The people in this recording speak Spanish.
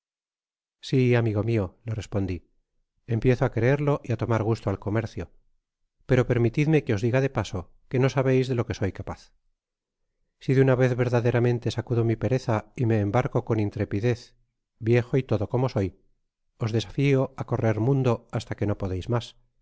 si amigo mio le respondi empiezo á creerlo y á tomar gusto al comercio pero permitidme que os diga de paso que no sabeis de lo que soy capaz si de una vez verdaderamente sacudo mi pereza y me embarco con intrepidez viejo y todo como soy os desafio á correr mundo hasta que no podais mas